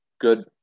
Good